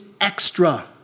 extra